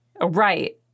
Right